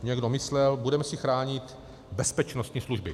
Někdo myslel, budeme si chránit bezpečnostní služby.